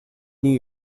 new